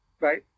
Right